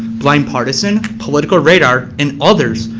blind partisan, political radar, and others,